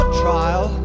trial